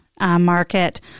Market